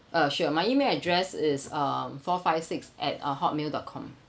uh sure my email address is um four five six at uh hotmail dot com